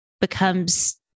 becomes